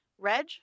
Reg